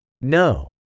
No